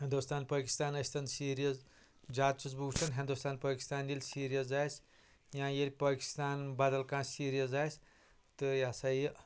ہنُدوستان پٲکِستان ٲسۍ تَن سیریز زیٲدٕ چھُس بہٕ وُچھان ہنُدوستان پٲکِستان ییٚلہِ سیٖریز آسہِ یا ییٚلہِ پٲکِستان بدل کانہہ سیٖریز آسہِ تہٕ یہ ہسا یہِ